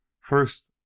First